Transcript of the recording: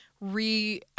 re